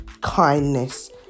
Kindness